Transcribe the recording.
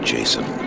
Jason